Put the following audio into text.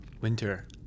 Winter